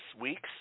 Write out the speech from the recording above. weeks